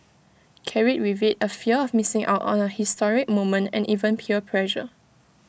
carried with IT A fear of missing out on A historic moment and even peer pressure